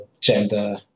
gender